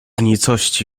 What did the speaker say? nicości